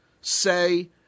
say